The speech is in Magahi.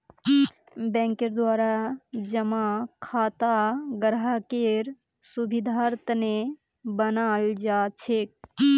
बैंकेर द्वारा जमा खाता ग्राहकेर सुविधार तने बनाल जाछेक